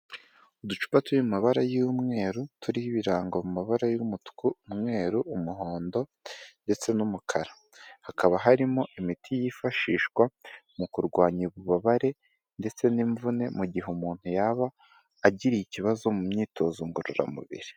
Uducupa tw'amabara y'umweru turiho ibirango mu mabara y'umuku, umweru, umuhondo ndetse n'umukara, hakaba harimo imiti yifashishwa mu kurwanya ububabare ndetse n'imvune mu gihe umuntu yaba agi ikibazo mu myitozo ngororamubiri.